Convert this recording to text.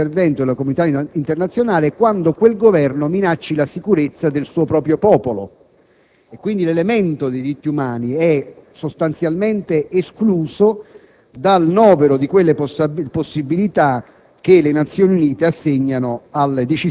ma non si prevede alcuna possibilità di intervento della comunità internazionale quando quel Governo minacci la sicurezza del suo proprio popolo. Quindi, l'elemento diritti umani è sostanzialmente escluso dal novero delle possibilità